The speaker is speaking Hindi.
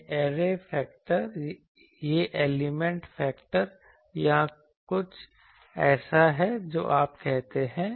यह ऐरे फैक्टर यह एलिमेंट फैक्टर या कुछ ऐसा है जो आप कहते हैं